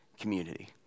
community